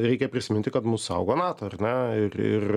reikia prisiminti kad mus saugo nato ar ne ir ir